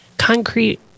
concrete